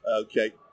Okay